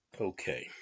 Okay